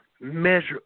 measure